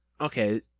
okay